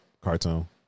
cartoon